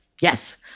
Yes